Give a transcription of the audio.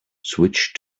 switch